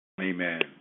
Amen